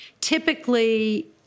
Typically